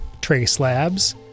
Tracelabs